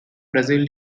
brazil